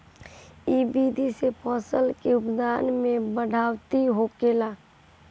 इ विधि से फसल के उत्पादन में बढ़ोतरी होखेला